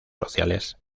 sociales